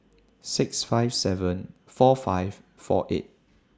six five seven four five four eight